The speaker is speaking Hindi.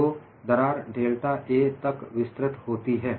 तो दरार डेल्टा A तक विस्तृत होती है